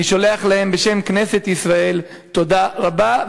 אני שולח להם בשם כנסת ישראל תודה רבה,